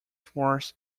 force